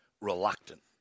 reluctant